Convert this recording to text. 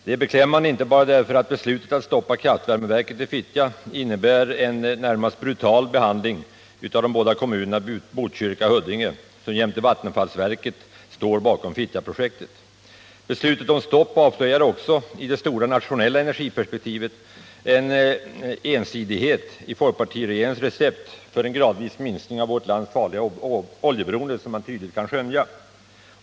Det är beklämmande inte bara därför att beslutet att stoppa kraftvärmeverket i Fittja innebär en närmast brutal behandling av de båda kommunerna Botkyrka och Huddinge, som jämte vattenfallsverket står bakom Fittjaprojektet. Beslutet om detta stopp avslöjar också i det stora nationella energiperspektivet en ensidighet i folkpartiregeringens recept för en gradvis minskning av vårt lands farliga oljeberoende, en ensidighet som man tidigt kan skönja.